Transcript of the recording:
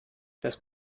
das